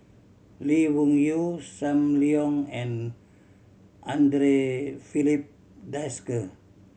Lee Wung Yew Sam Leong and Andre Filipe Desker